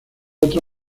otra